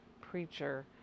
preacher